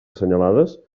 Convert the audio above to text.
assenyalades